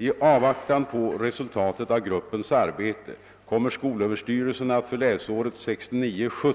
I avvaktan på resultatet av gruppens arbete kommer skolöverstyrelsen att för läsåret 1969/70